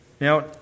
Now